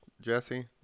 Jesse